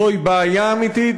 זוהי בעיה אמיתית,